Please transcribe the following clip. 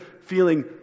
feeling